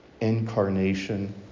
incarnation